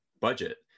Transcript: budget